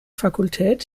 fakultät